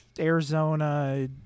arizona